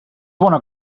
bona